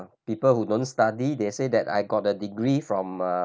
people who don't study they say that I got a degree from uh